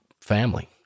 family